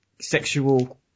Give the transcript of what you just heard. sexual